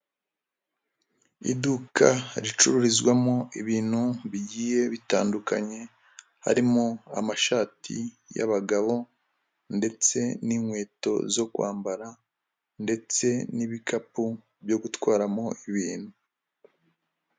Iduka ricururizwamo ibintu bigiye bitandukanye, harimo amashati y'abagabo ndetse n'inkweto zo kwambara, ndetse n'ibikapu byo gutwaramo ibintu.